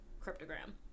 cryptogram